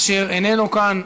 אשר איננו כאן.